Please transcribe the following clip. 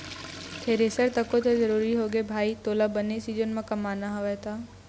thresher तको तो जरुरी होगे भाई तोला बने सीजन म कमाना हवय त